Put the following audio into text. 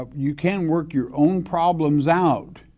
ah you can work your own problems out,